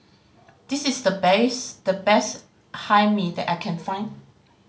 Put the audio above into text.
this is the best the best Hae Mee that I can find